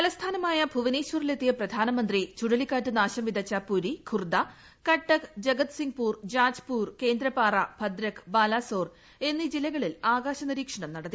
തലസ്ഥാനമായ ഭുവനേശ്വറിൽ എത്തിയ പ്രധാനമന്ത്രി ചുഴലിക്കാറ്റ് നാശം വിതച്ച പുരി ഖുർദ കട്ടക് ജഗദ്സിങ്പുർ ജാജ്പൂർ കേന്ദ്രപാറ ഭദ്രക് ബാലസോർ എന്നീ ജില്ലകളിൽ ആകാശനിരീക്ഷണം നടത്തി